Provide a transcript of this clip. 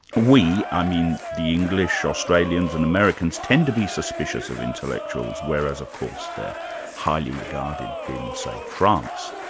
we, i mean the english, australians and americans, tend to be suspicious of intellectuals, whereas of course they're highly regarded in, say, france.